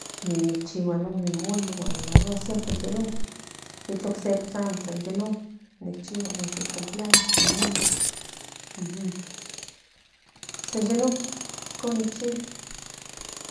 Ni ninchigua non molí in arroz simpre ye non ica ocse amo ichigua de c pleaños ichigua in molino san ye no icon ni chigua